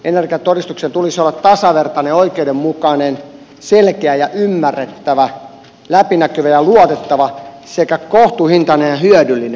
energiatodistuksen tulisi olla tasavertainen oikeudenmukainen selkeä ja ymmärrettävä läpinäkyvä ja luotettava sekä kohtuuhintainen ja hyödyllinen